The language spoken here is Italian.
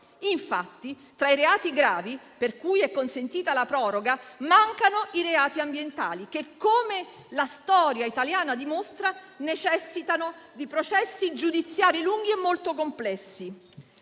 Infatti, tra i reati gravi per cui è consentita la proroga mancano i reati ambientali, che - come la storia italiana dimostra - necessitano di processi giudiziari lunghi e molto complessi.